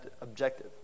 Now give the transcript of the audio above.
objective